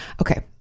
okay